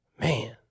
Man